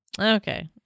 Okay